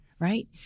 Right